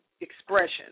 expression